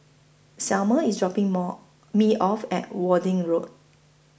Selmer IS dropping More Me off At Worthing Road